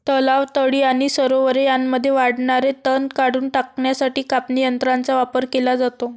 तलाव, तळी आणि सरोवरे यांमध्ये वाढणारे तण काढून टाकण्यासाठी कापणी यंत्रांचा वापर केला जातो